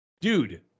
Dude